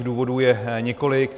Důvodů je několik.